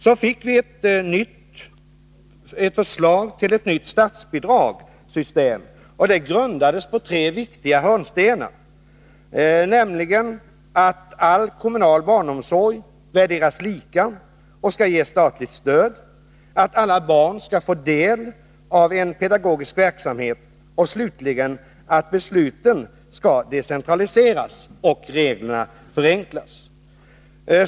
Så fick vi ett förslag till nytt statsbidragssystem. Det grundades på tre viktiga hörnstenar, nämligen att all kommunal barnomsorg skulle värderas lika och ges statligt stöd, att alla barn skulle få del av en pedagogisk verksamhet och slutligen att besluten skulle kunna decentraliseras och reglerna förenklas.